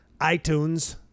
iTunes